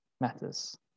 matters